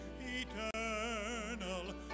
eternal